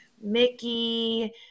mickey